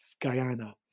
Guyana